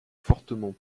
fortement